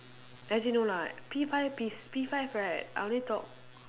actually no lah P five P s~ P five right I only talk